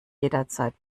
jederzeit